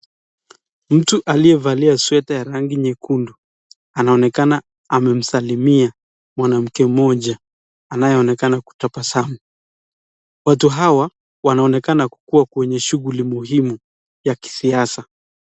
Mtu aliyefalia sweta ya rangi nyekundu anaonekana amemsalimia mwanamke moja anayeonekana kutapasamu, watu hawa wanaonekana kuwa kwenye shughuli muhimu ya siasa.